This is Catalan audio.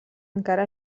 encara